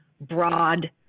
broad